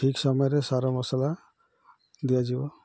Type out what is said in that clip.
ଠିକ୍ ସମୟରେ ସାର ମସଲା ଦିଆଯିବ